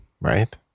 right